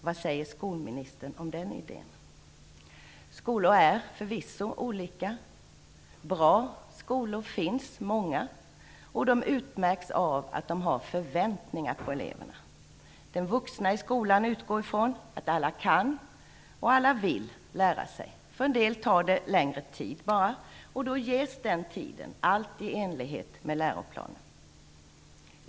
Vad säger skolministern om den idén? Skolor är - förvisso - olika. Bra skolor finns det många, och de utmärks av att de har förväntningar på eleverna. De vuxna i skolan utgår från att alla kan och vill lära sig. För en del tar det längre tid bara, och då ges den tiden, allt i enlighet med läroplanen.